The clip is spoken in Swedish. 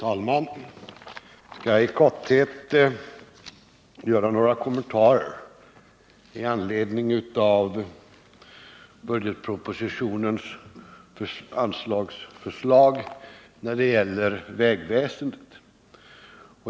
Herr talman! Jag skall göra några kommentarer i all korthet med anledning av budgetpropositionens anslagsförslag när det gäller vägväsendet.